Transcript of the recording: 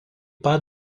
pat